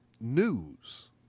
news